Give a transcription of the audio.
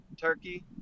turkey